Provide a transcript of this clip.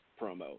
promo